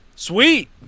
Sweet